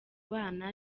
bana